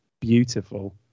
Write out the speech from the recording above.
beautiful